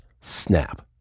snap